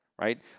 right